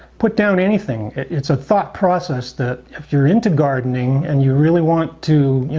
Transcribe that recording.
put down anything, it's a thought process that if you're into gardening and you really want to, you